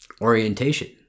orientation